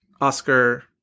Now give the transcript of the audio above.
Oscar